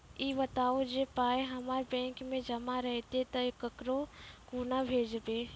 ई बताऊ जे पाय हमर बैंक मे जमा रहतै तऽ ककरो कूना भेजबै?